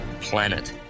planet